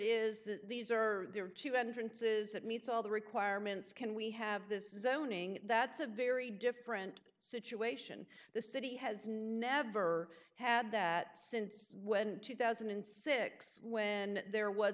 is that these are their two entrances that meets all the requirements can we have this is owning that's a very different situation the city has never had that since when two thousand and six when there was